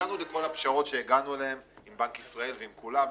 הגענו לכל הפשרות שאליהן הגענו עם בנק ישראל ועם כולם,